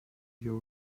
your